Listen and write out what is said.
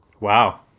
wow